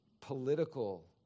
political